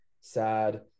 sad